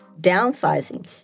downsizing